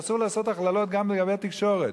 שאסור לעשות הכללות גם לגבי התקשורת.